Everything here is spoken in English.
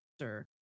sir